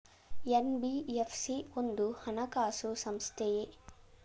NBFC ಒಂದು ಹಣಕಾಸು ಸಂಸ್ಥೆಯೇ?